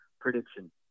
prediction